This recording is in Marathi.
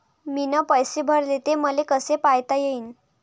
मीन पैसे भरले, ते मले कसे पायता येईन?